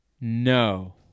No